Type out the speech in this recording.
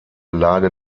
lage